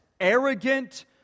arrogant